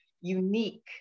unique